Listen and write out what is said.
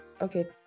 okay